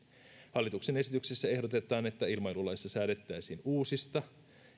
hallituksen esityksessä ehdotetaan että ilmailulaissa säädettäisiin uusista